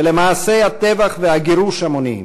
ולמעשי טבח וגירוש המוניים,